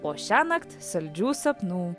o šiąnakt saldžių sapnų